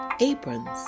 Aprons